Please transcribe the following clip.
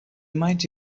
might